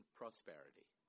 prosperity